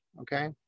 okay